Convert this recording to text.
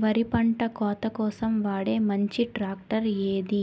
వరి పంట కోత కోసం వాడే మంచి ట్రాక్టర్ ఏది?